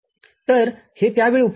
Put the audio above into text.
तर हे त्यावेळी उपलब्ध होते